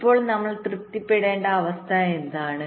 അപ്പോൾ നമ്മൾ തൃപ്തിപ്പെടുത്തേണ്ട അവസ്ഥ എന്താണ്